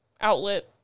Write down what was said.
outlet